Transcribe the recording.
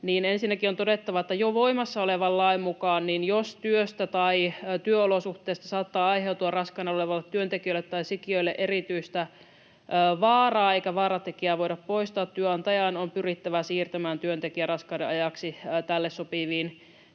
Ensinnäkin on todettava, että jo voimassa olevan lain mukaan jos työstä tai työolosuhteista saattaa aiheutua raskaana olevalle työntekijälle tai sikiölle erityistä vaaraa eikä vaaratekijää voida poistaa, työnantajan on pyrittävä siirtämään työntekijän raskauden ajaksi tälle sopiviin